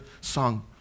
song